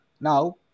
Now